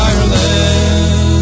Ireland